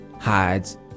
hides